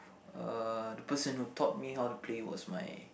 uh the person who taught me how to play was my